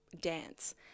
dance